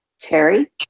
Terry